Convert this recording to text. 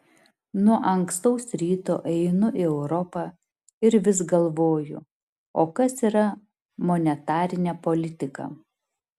nuo ankstaus ryto einu į europą ir vis galvoju o kas yra monetarinė politika